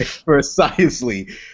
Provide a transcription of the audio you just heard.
Precisely